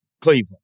Cleveland